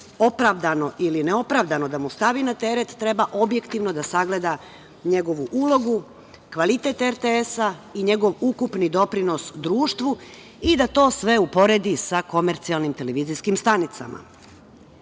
opravdano ili neopravdano da mu stavi na teret, treba objektivno da sagleda njegovu ulogu, kvalitet RTS i njegov ukupni doprinos društvu i da to sve uporedi sa komercijalnim televizijskim stanicama. Značajno